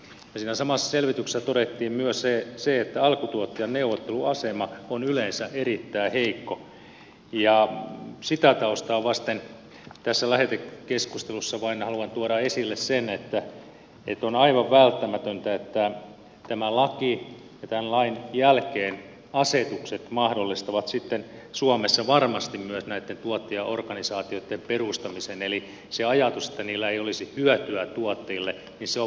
siinä samassa selvityksessä todettiin myös se että alkutuottajan neuvotteluasema on yleensä erittäin heikko ja sitä taustaa vasten tässä lähetekeskustelussa vain haluan tuoda esille sen että on aivan välttämätöntä että tämä laki ja tämän lain jälkeen asetukset mahdollistavat sitten suomessa varmasti myös näitten tuottajaorganisaatioitten perustamisen eli se ajatus että niillä ei olisi hyötyä tuottajille on väärä